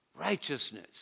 Righteousness